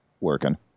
working